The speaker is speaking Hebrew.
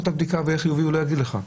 את הבדיקה והוא יהיה חיובי והוא לא יגיד לך.